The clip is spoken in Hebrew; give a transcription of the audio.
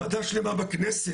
ועדה שלמה בכנסת,